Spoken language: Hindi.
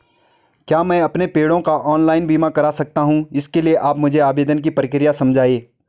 क्या मैं अपने पेड़ों का ऑनलाइन बीमा करा सकता हूँ इसके लिए आप मुझे आवेदन की प्रक्रिया समझाइए?